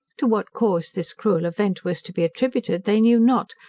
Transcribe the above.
to what cause this cruel event was to be attributed, they knew not,